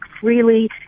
freely